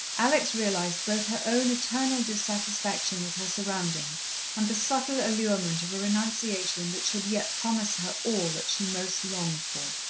alex realized both her own eternal dissatisfaction with her surroundings and the subtle allurement of a renunciation that should yet promise her all that she most longed for.